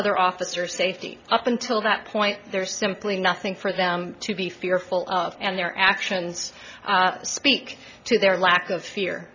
other officer safety up until that point there's simply nothing for them to be fearful of and their actions speak to their lack of fear